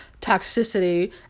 toxicity